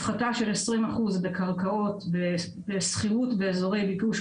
הפחתה של 20% בקרקעות בשכירות באזורי ביקוש,